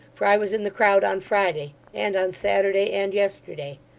for i was in the crowd on friday, and on saturday, and yesterday,